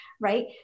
right